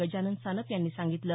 गजानन सानप यांनी सांगितलं